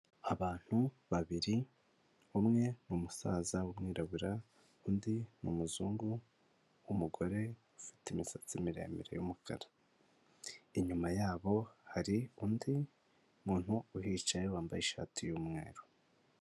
Abantu babiri umwe ni umusaza w'umwirabura, undi ni umuzungu w'umugore ufite imisatsi miremire y'umukara, inyuma yabo hari undi muntu uhicaye wambaye ishati y'umweru.